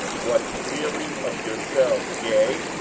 what clearing of yourselves, yea,